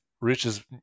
reaches